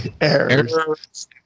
Errors